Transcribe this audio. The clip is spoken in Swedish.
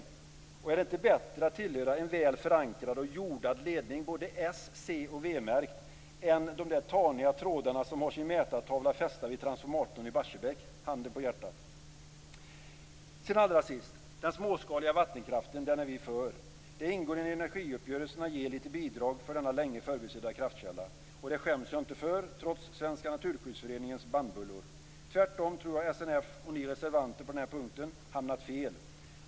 Handen på hjärtat: Är det inte bättre att tillhöra en väl förankrad och jordad ledning, såväl s som c och v-märkt, än de där taniga trådarna som har sin mätartavla fäst vid transformatorn i Barsebäck? Allra sist: Den småskaliga vattenkraften är vi för. Det ingår i energiuppgörelsen att ge lite bidrag för denna länge förbisedda kraftkälla. Det skäms jag inte för, trots Svenska Naturskyddsföreningens bannbullor. Tvärtom tror jag att SNF och ni reservanter på den här punkten har hamnat fel.